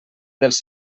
dels